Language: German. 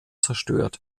zerstört